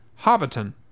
Hobbiton